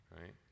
right